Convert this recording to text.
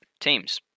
Teams